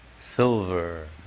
silver